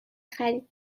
خرید